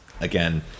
again